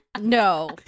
No